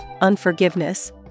unforgiveness